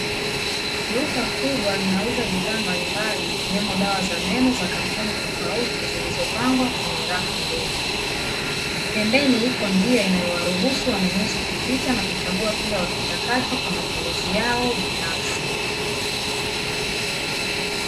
Duka kubwa linauza bidhaa mbalimbali ikiwemo dawa za meno za kampuni tofauti, zilizopangwa kwenye rafu ndefu. Pembeni iko njia inayowaruhusu wanunuzi kupita na kuchagua kile wakitakacho kwa matumizi yao binafsi.